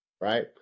right